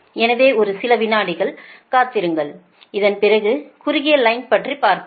எனவே ஒரு சில வினாடிகள் காத்திருங்கள் இதன்பிறகு குறுகிய லைன் பற்றி பார்ப்போம்